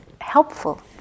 helpful